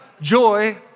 Joy